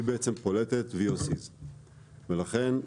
היא פולטת VOC. לכן,